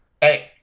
Hey